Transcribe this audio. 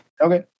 Okay